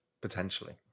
potentially